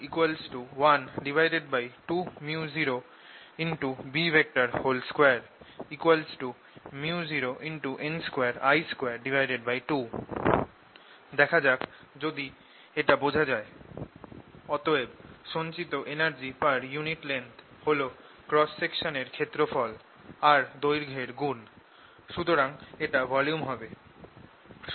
energy density 12µoB2 µ0n2I22 দেখা যাক যদি এটা বোঝা যায় অতএব সঞ্চিত এনার্জি পার্ ইউনিট লেংথ হল ক্রস সেকশন এর ক্ষেত্রফল আর দৈর্ঘ্য এর গুণ সুতরাং এটা ভলিউম হবে